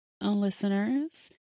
listeners